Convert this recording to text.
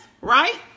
right